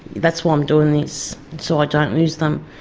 that's why i'm doing this, so i don't lose them,